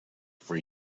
for